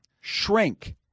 Shrink